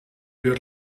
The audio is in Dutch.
duurt